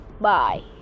Bye